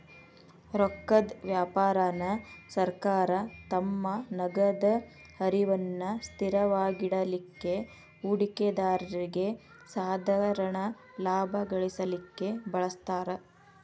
ರೊಕ್ಕದ್ ವ್ಯಾಪಾರಾನ ಸರ್ಕಾರ ತಮ್ಮ ನಗದ ಹರಿವನ್ನ ಸ್ಥಿರವಾಗಿಡಲಿಕ್ಕೆ, ಹೂಡಿಕೆದಾರ್ರಿಗೆ ಸಾಧಾರಣ ಲಾಭಾ ಗಳಿಸಲಿಕ್ಕೆ ಬಳಸ್ತಾರ್